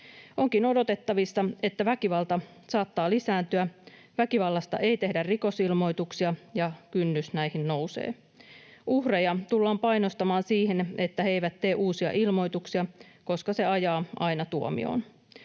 Onkin odotettavissa, että väkivalta saattaa lisääntyä, väkivallasta ei tehdä rikosilmoituksia ja kynnys näihin nousee. Uhreja tullaan painostamaan siihen, että he eivät tee uusia ilmoituksia, koska se ajaa aina tuomioon.